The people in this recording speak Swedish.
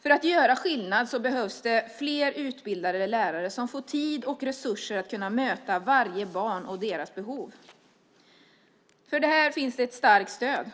För att göra skillnad behövs det fler utbildade lärare som får tid och resurser att kunna möta varje barn och deras behov. För detta finns det ett starkt stöd.